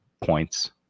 points